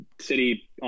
City